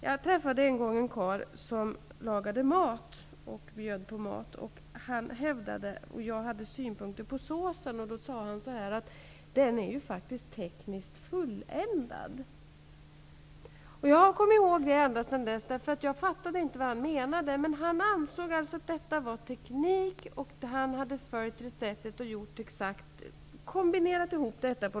Jag träffade en gång en man som bjöd mig på mat som han hade lagat, och när jag hade synpunkter på såsen sade han att den var tekniskt fulländad. Jag kommer ihåg det, därför att jag fattade inte vad han menade. Han ansåg alltså att det var fråga om teknik; han hade följt receptet och kombinerat ihop det hela.